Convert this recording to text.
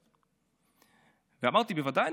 ואמרתי: בוודאי,